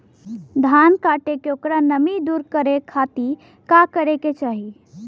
धान कांटेके ओकर नमी दूर करे खाती का करे के चाही?